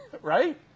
right